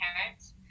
parents